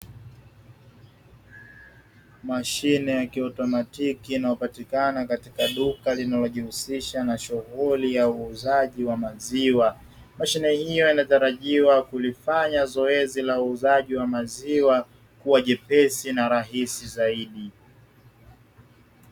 Mashine ya kiautomatiki inayopatikana katika duka linalojihusisha na shughuli ya uuzaji wa maziwa. Mashine hiyo inatarajiwa kulifanya zoezi la uuzaji wa maziwa kuwa jepesi na rahisi zaidi.